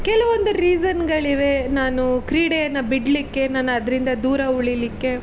ಕೆಲವೊಂದು ರೀಸನ್ಗಳಿವೆ ನಾನು ಕ್ರೀಡೆಯನ್ನು ಬಿಡಲಿಕ್ಕೆ ನಾನು ಅದರಿಂದ ದೂರ ಉಳಿಯಲಿಕ್ಕೆ